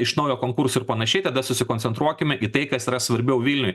iš naujo konkursų ir panašiai tada susikoncentruokime į tai kas yra svarbiau vilniui